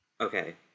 Okay